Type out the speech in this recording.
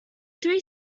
three